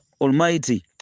almighty